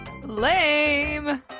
Lame